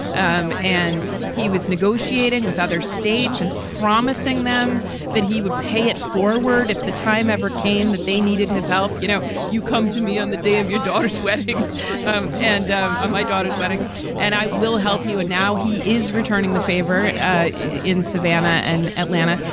um and he was negotiating negotiating with other states and promising them that he would pay it forward if the time ever came that they needed his help. you know, you come to me on the day of your daughter's wedding and and um on my daughter's wedding and i will help you. and now he is returning the favor in savannah and atlanta.